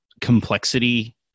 complexity